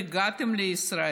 שאלפים מהם נמצאים עדיין באתיופיה